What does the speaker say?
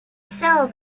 sell